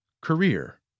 Career